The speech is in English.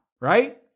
right